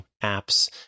apps